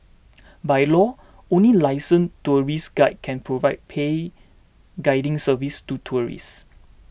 by law only licensed tourist guides can provide paid guiding services to tourists